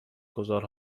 گذار